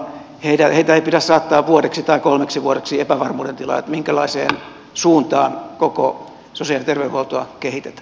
heitä ei pidä saattaa vuodeksi tai kolmeksi vuodeksi epävarmuuden tilaan siitä minkälaiseen suuntaan koko sosiaali ja terveydenhuoltoa kehitetään